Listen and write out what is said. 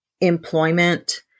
employment